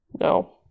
No